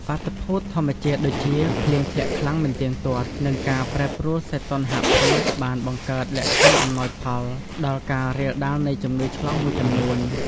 បាតុភូតធម្មជាតិដូចជា ភ្លៀងធ្លាក់ខ្លាំងមិនទៀងទាត់ និងការប្រែប្រួលសីតុណ្ហភាព បានបង្កើតលក្ខខណ្ឌអំណោយផលដល់ការរាលដាលនៃជំងឺឆ្លងមួយចំនួន។